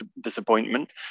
disappointment